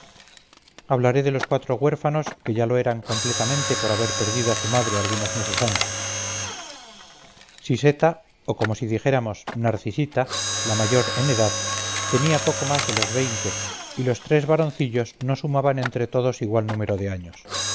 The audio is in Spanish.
hablaré de los cuatro huérfanos que ya lo eran completamente por haber perdido a su madre algunos meses antes siseta o como si dijéramos narcisita la mayor en edad tenía poco más de los veinte y los tres varoncillos no sumaban entre todos igual número de años